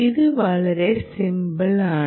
ഇത് വളരെ സിമ്പിൾ ആണ്